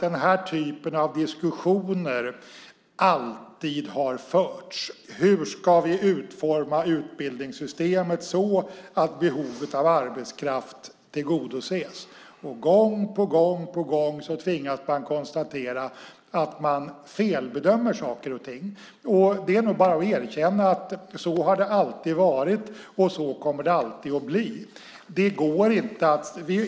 Den här typen av diskussioner har alltid förts. Hur ska vi utforma utbildningssystemet så att behovet av arbetskraft tillgodoses? Gång på gång tvingas man konstatera att man felbedömer saker och ting. Det är bara att erkänna att så har det alltid varit, och så kommer det alltid att bli.